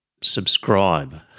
subscribe